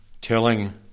telling